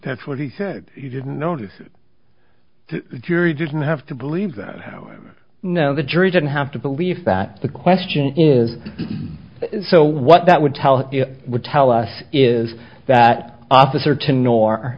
that's what he said you didn't notice the jury didn't have to believe that however no the jury didn't have to believe that the question is so what that would tell it would tell us is that officer to nor